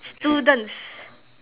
students